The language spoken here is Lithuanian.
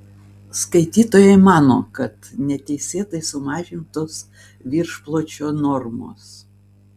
skaitytojai mano kad neteisėtai sumažintos viršpločio normos